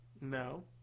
No